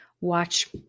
watch